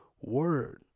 word